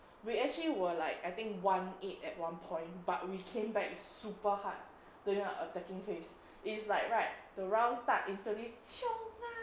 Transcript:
we actually were like I think one eight at one point but we came back super hard then you know attacking phase is like right the round start instantly chiong ah